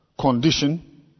condition